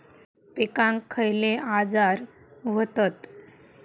पिकांक खयले आजार व्हतत?